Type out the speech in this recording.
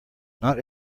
not